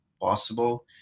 possible